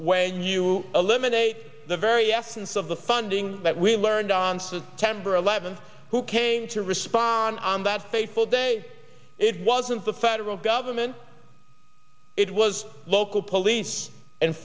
when you eliminate the very essence of the funding that we learned oncet kember eleven who came to respond on that fateful day it wasn't the federal government it was local police and